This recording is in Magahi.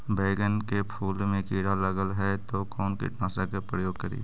बैगन के फुल मे कीड़ा लगल है तो कौन कीटनाशक के प्रयोग करि?